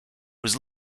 was